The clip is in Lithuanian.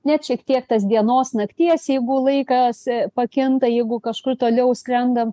net šiek tiek tas dienos nakties jeigu laikas pakinta jeigu kažkur toliau skrendam